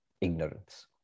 ignorance